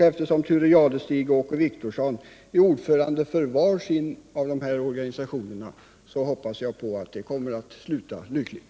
Eftersom Thure Jadestig och Åke Wictorsson är ordförande i var sin av dessa organisationer hoppas jag att det arbetet kommer att sluta lyckligt.